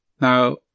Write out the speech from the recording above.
now